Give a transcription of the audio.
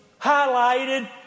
highlighted